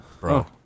bro